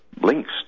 links